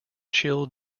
chill